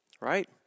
right